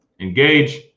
engage